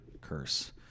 curse